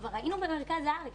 כבר היינו במרכז הארץ.